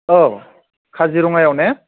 औ काजिरङायाव ने